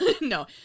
No